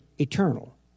eternal